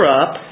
up